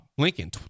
Lincoln